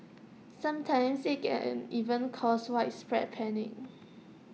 sometimes IT can even cause widespread panic